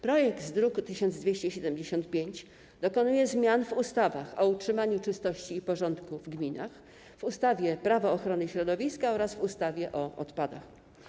Projekt z druku nr 1275 dokonuje zmian w ustawie o utrzymaniu czystości i porządku w gminach, w ustawie - Prawo ochrony środowiska oraz w ustawie o odpadach.